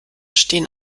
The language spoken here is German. stehen